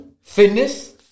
Fitness